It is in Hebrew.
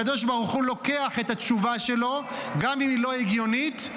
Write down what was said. הקדוש ברוך הוא לוקח את התשובה שלו גם אם היא לא הגיונית,